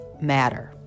matter